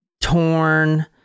torn